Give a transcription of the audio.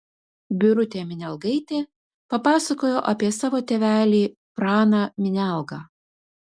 birutė minialgaitė papasakojo apie savo tėvelį praną minialgą